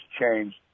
changed